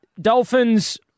Dolphins